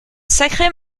sacrée